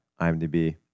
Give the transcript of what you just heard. IMDb